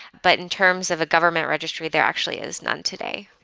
but in terms of a government registry, there actually is none today.